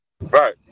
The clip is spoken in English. Right